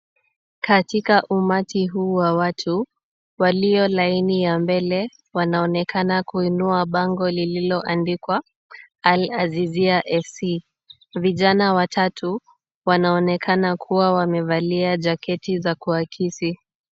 Katika umati huu wa watu, waliolaini ya mbele wanaonekana kuinua bango lililoandikwa Al-Azizia FC. Vijana watatu wanaonekana kuwa wamevalia jaketi za kuakisi.